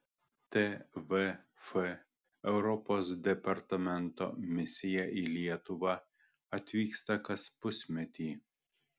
tvf europos departamento misija į lietuvą atvyksta kas pusmetį